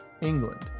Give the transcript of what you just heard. England